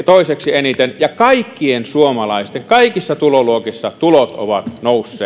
toiseksi eniten ja kaikkien suomalaisten tulot kaikissa tuloluokissa ovat nousseet